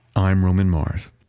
i'm roman mars.